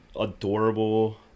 adorable